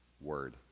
word